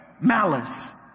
malice